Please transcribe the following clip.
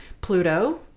Pluto